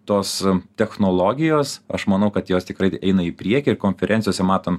tos technologijos aš manau kad jos tikrai eina į priekį ir konferencijose matom